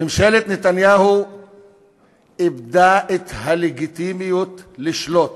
ממשלת נתניהו איבדה את הלגיטימיות לשלוט.